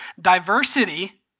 Diversity